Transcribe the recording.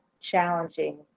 challenging